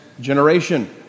generation